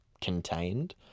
contained